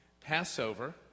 Passover